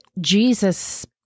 Jesus